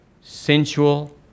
sensual